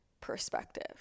perspective